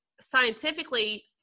scientifically